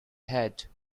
head